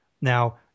Now